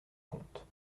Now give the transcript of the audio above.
compte